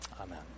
Amen